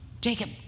Jacob